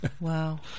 Wow